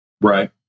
right